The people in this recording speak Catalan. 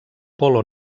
polo